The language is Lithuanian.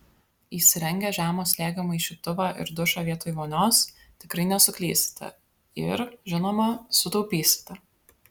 įsirengę žemo slėgio maišytuvą ir dušą vietoj vonios tikrai nesuklysite ir žinoma sutaupysite